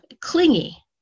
clingy